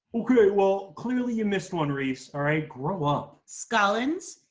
okay. well, clearly you missed one, reese. all right? grow up. scollins,